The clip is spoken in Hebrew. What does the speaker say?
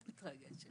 מתרגשת.